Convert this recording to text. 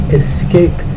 escape